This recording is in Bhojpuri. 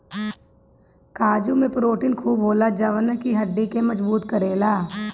काजू में प्रोटीन खूब होला जवन की हड्डी के मजबूत करेला